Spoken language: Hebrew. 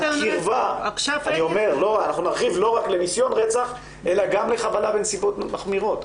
אנחנו נרחיב לא רק לניסיון רצח אלא גם לחבלה בנסיבות מחמירות.